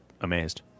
amazed